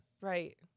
Right